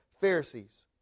Pharisees